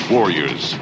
Warriors